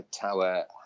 Tower